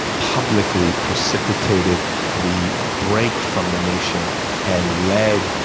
publicly precipitated the break from the nation and led,